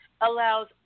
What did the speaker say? Allows